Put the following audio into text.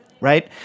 Right